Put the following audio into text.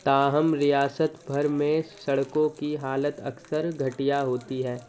تاہم ریاست بھر میں سڑکوں کی حالت اکثر گھٹیا ہوتی ہے